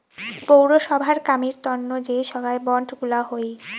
পৌরসভার কামের তন্ন যে সোগায় বন্ড গুলা হই